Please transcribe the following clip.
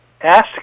ask